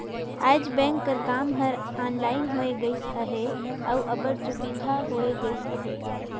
आएज बेंक कर काम हर ऑनलाइन होए गइस अहे अउ अब्बड़ सुबिधा होए गइस अहे